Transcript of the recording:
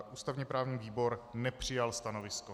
Ústavněprávní výbor nepřijal stanovisko.